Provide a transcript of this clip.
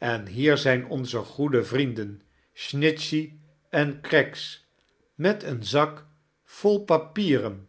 en hier zijn onze goede vriemden snitehey en craggs met een zak vol papieren